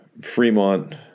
Fremont